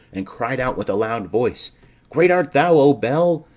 and cried out with a loud voice great art thou, o bel,